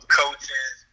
coaches